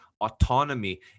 autonomy